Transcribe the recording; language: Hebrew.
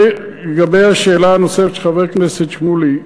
לגבי השאלה הנוספת של חבר הכנסת שמולי,